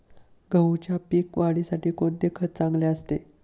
गहूच्या पीक वाढीसाठी कोणते खत चांगले असते?